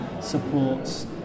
supports